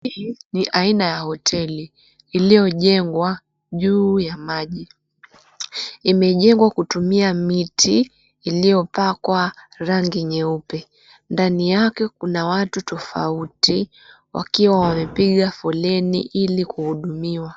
Hii ni aina ya hoteli iliyojengwa juu ya maji. Imejengwa kutumia miti iliopakwa rangi nyeupe. Ndani yake kuna watu tofauti wakiwa wamepiga foleni ili kuhudumiwa.